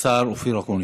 השר אופיר אקוניס.